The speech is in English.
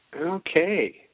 Okay